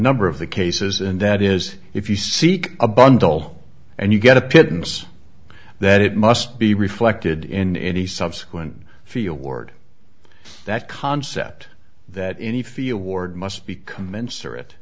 number of the cases and that is if you seek a bundle and you get a pittance that it must be reflected in any subsequent feel ward that concept that any field ward must be commensurate